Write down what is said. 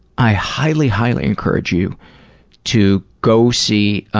i highly, highly encourage you to go see